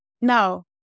no